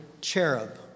cherub